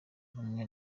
rumwe